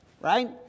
right